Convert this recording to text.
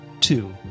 Two